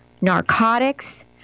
narcotics